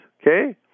okay